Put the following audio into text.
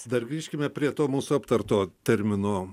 dar grįžkime prie to mūsų aptarto termino